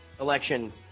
election